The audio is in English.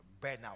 burnout